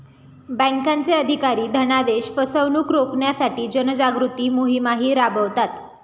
बँकांचे अधिकारी धनादेश फसवणुक रोखण्यासाठी जनजागृती मोहिमाही राबवतात